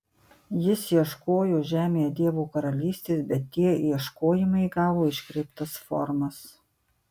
jis ieškojo žemėje dievo karalystės bet tie ieškojimai įgavo iškreiptas formas